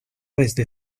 desde